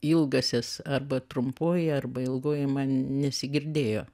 ilgąsias arba trumpoji arba ilgoji man nesigirdėjo